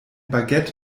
baguette